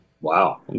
Wow